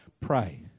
pray